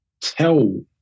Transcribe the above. tell